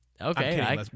Okay